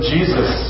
Jesus